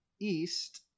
East